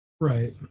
Right